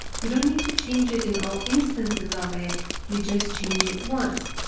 you don't need to change it in all instances of it, you just change it once.